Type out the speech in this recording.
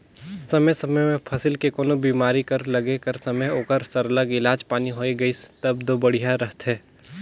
समे समे में फसल के कोनो बेमारी कर लगे कर समे ओकर सरलग इलाज पानी होए गइस तब दो बड़िहा रहथे